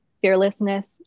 fearlessness